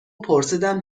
پرسیدم